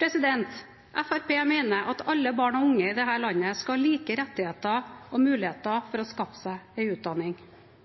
Fremskrittspartiet mener at alle barn og unge i dette landet skal ha like rettigheter og like muligheter til å skaffe seg en utdanning.